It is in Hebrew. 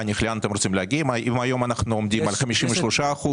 אם היום אנחנו עומדים על 53%,